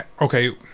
okay